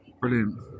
Brilliant